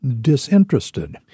disinterested